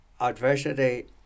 adversity